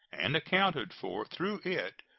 and accounted for through it,